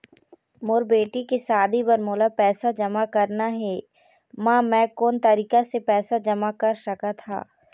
मोर बेटी के शादी बर मोला पैसा जमा करना हे, म मैं कोन तरीका से पैसा जमा कर सकत ह?